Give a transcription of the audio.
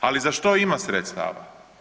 Ali za što ima sredstava?